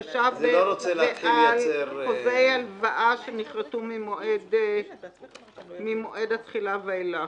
שישה חודשים ועל חוזי הלוואה שנכרתו ממועד התחילה ואילך.